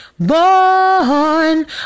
born